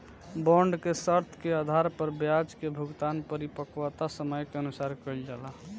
bond के शर्त के आधार पर ब्याज के भुगतान परिपक्वता समय के अनुसार कईल जाला